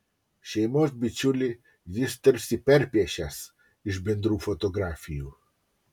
šeimos bičiulį jis tarsi perpiešęs iš bendrų fotografijų